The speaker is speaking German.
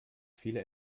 viele